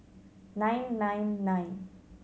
nine nine nine